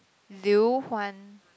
Liu-Huan